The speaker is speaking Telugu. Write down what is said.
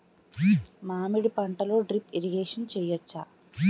మామిడి పంటలో డ్రిప్ ఇరిగేషన్ చేయచ్చా?